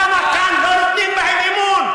למה כאן לא נותנים בהם אמון?